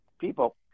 people